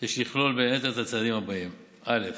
יש לכלול בין היתר את הצעדים האלה: א.